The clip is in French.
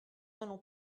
allons